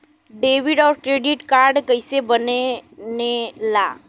Debit और credit card कईसे बने ने ला?